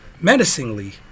Menacingly